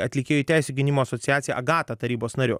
atlikėjų teisių gynimo asociaciją agata tarybos nariu